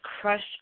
crushed